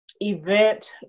event